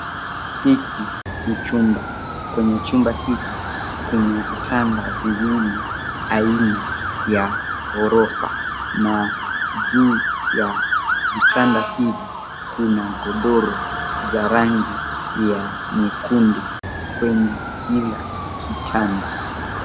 Hiki ni chumba, kwenye chumba hiki kuna vitanda viwili aina ya ghorofa na juu ya vitanda hivi kuna godoro za rangi ya nyekundu kwenye kila kitanda.